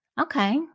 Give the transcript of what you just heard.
okay